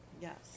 yes